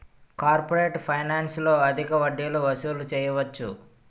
corporate ఫైనాన్స్లో అధిక వడ్డీలు వసూలు చేయవచ్చు